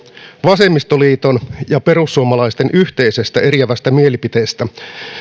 vasemmistoliiton ja perussuomalaisten yhteisestä eriävästä mielipiteestä tältä syksyltä